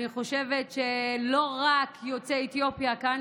אני חושבת שלא רק יוצאי אתיופיה כאן